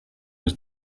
was